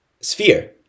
sphere